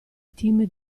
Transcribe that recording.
team